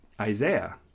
Isaiah